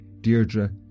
Deirdre